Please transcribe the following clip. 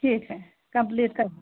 ठीक है कंप्लीट कर देंगे